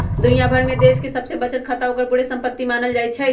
दुनिया भर के देश सभके बचत के ओकर पूरे संपति मानल जाइ छइ